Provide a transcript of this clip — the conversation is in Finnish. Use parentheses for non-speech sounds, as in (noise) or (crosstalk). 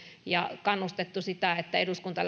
ja kannustettu siihen että eduskunta (unintelligible)